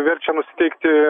verčia nusiteikti